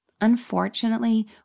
Unfortunately